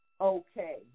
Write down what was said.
okay